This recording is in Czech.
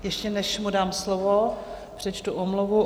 Ještě než mu dám slovo, přečtu omluvu.